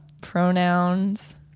Pronouns